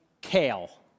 kale